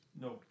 No